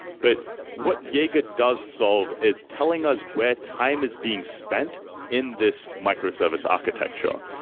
but what jaeger does solve is telling us where time is being spent in this microservice architecture.